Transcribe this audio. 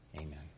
Amen